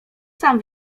sam